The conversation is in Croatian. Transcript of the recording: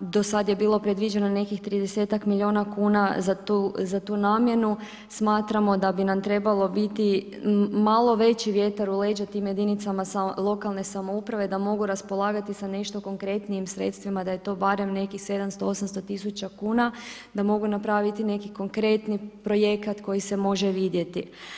do sad je bilo predviđeno nekih 30-tak milijuna kuna za tu namjenu, smatram da bi nam trebalo biti malo veći vjetar u leđa tim jedinicama lokalne samouprave, da mogu raspolagati sa nešto konkretnijim sredstvima, da je to barem nekih 700, 800 tisuća kuna, da mogu napraviti neki konkretni projekat koji se može vidjeti.